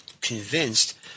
convinced